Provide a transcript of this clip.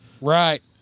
Right